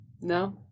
No